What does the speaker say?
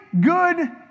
good